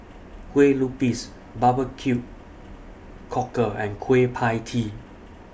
Kueh Lupis Barbecue Cockle and Kueh PIE Tee